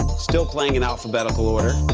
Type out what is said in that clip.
still playing in alphabetical order.